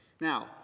now